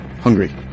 hungry